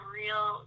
real